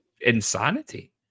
Insanity